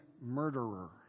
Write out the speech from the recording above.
murderer